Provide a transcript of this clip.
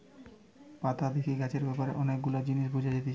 পাতা দেখে গাছের ব্যাপারে অনেক গুলা জিনিস বুঝা যাতিছে